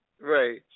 Right